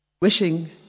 Wishing